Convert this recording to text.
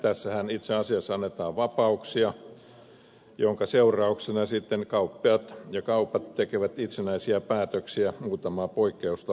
tässähän itse asiassa annetaan vapauksia minkä seurauksena sitten kauppiaat ja kaupat tekevät itsenäisiä päätöksiä muutamaa poikkeusta lukuun ottamatta